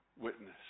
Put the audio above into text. witness